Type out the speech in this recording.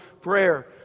Prayer